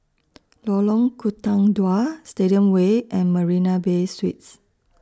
Lorong Tukang Dua Stadium Way and Marina Bay Suites